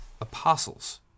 apostles